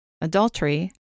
adultery